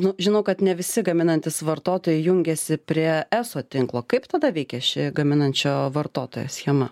nu žinau kad ne visi gaminantys vartotojai jungiasi prie eso tinklo kaip tada veikia ši gaminančio vartotojo schema